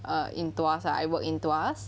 err in tuas ah I work in tuas